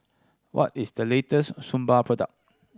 what is the latest Suu Balm product